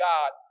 God